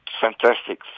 fantastic